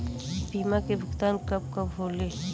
बीमा के भुगतान कब कब होले?